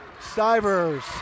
Stivers